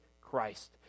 Christ